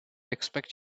expect